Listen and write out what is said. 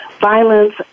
violence